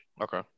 Okay